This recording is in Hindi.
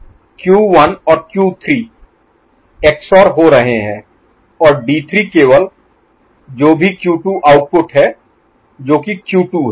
Q1 और Q3 XOR हो रहे हैं और D3 केवल जो भी Q2 आउटपुट है जो कि Q2 है